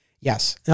Yes